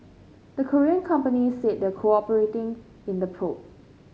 the Korean companies said they're cooperating in the probe